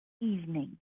evening